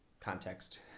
context